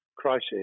Crisis